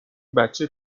بچه